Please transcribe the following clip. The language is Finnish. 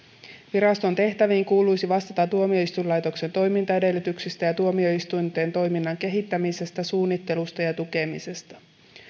viraston tehtäviin kuuluisi vastata tuomioistuinlaitoksen toimintaedellytyksistä ja tuomioistuinten toiminnan kehittämisestä suunnittelusta ja tukemisesta